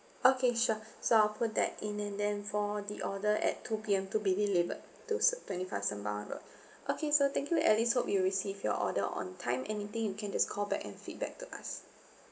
okay sure so I'll put that in and then for the order at two P_M to be delivered to s~ twenty five sembawang road okay so thank you alice hope you receive your order on time anything you can just call back and feedback to us